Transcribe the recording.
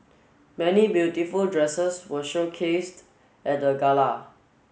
many beautiful dresses were showcased at the gala